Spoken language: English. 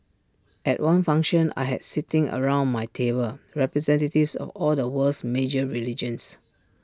at one function I had sitting around my table representatives of all the world's major religions